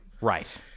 Right